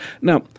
Now